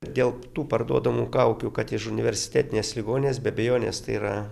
dėl tų parduodamų kaukių kad iš universitetinės ligoninės be abejonės tai yra